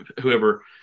whoever –